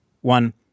One